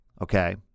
okay